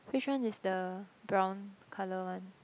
which one is the brown colour one